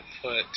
put